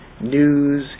news